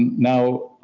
now,